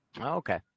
Okay